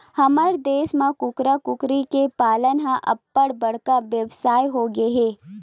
हमर देस म कुकरा, कुकरी के पालन ह अब्बड़ बड़का बेवसाय होगे हे